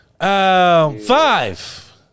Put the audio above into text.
five